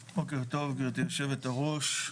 טוב, גברתי יושבת-הראש,